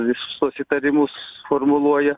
visus įtarimus formuluoja